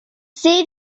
seh